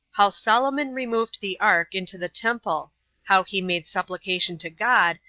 how solomon removed the ark into the temple how he made supplication to god,